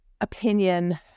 opinion